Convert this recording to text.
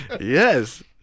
Yes